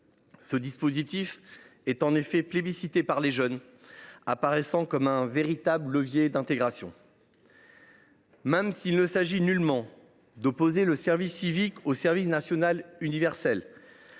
Ce dispositif est en effet plébiscité par les jeunes et constitue un véritable levier d’intégration. S’il ne s’agit nullement d’opposer le service civique au service national universel,